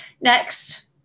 Next